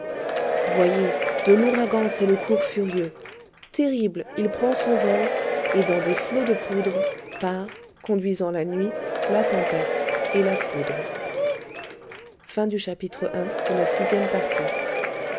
voyez de l'ouragan c'est le cours furieux terrible il prend son vol et dans des flots de poudre part conduisant la nuit la tempête et la foudre